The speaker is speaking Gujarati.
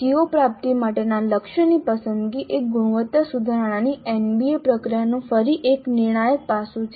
CO પ્રાપ્તિ માટેના લક્ષ્યની પસંદગી એ ગુણવત્તા સુધારણાની NBA પ્રક્રિયાનું ફરી એક નિર્ણાયક પાસું છે